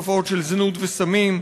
תופעות של זנות וסמים,